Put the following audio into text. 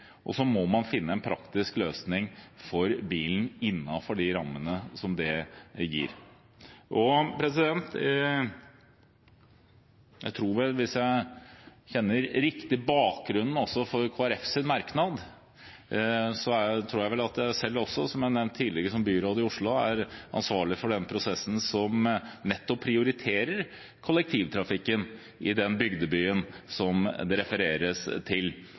og så må man finne en praktisk løsning for bilen innenfor de rammene som det gir. Jeg tror vel – hvis jeg kjenner riktig bakgrunnen for Kristelig Folkepartis merknad – at jeg selv også, som jeg har nevnt tidligere, som byråd i Oslo er ansvarlig for denne prosessen som nettopp prioriterer kollektivtrafikken i den bybygda som det refereres til.